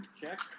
Check